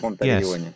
Yes